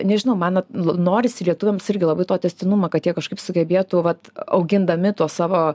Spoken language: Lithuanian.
nežinau man norisi lietuviams irgi labai to tęstinumą kad tie kažkaip sugebėtų vat augindami tuos savo